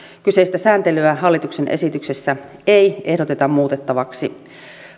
kyseistä sääntelyä hallituksen esityksessä ei ehdoteta muutettavaksi